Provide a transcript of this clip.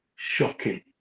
Shocking